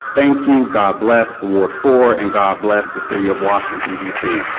thank you, god bless ward four, and god bless the city of washington, d c.